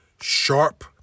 sharp